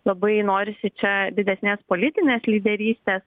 labai norisi čia didesnės politinės lyderystės